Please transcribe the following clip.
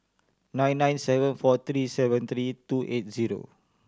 nine nine seven four three seven three two eight zero